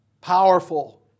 powerful